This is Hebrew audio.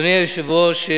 אדוני היושב-ראש,